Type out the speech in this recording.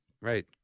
Right